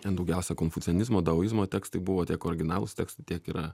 ten daugiausiai konfucianizmo daosizmo tekstai buvote originalūs tekstai tiek ir